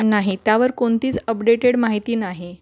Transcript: नाही त्यावर कोणतीच अपडेटेड माहिती नाही